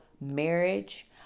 marriage